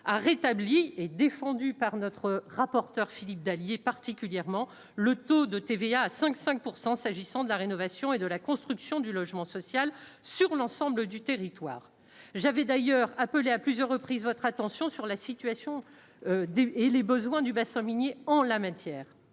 a rétabli et défendus par notre rapporteur Philippe Dallier particulièrement le taux de TVA à 5 5 pourcent s'agissant de la rénovation et de la construction du logement social sur l'ensemble du territoire, j'avais d'ailleurs appelé à plusieurs reprises, votre attention sur la situation D. et les besoins du bassin minier en la matière,